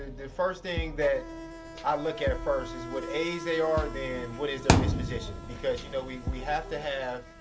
first thing that i look at first is what age they are then what is their disposition, because you know we, we have to have,